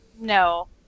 No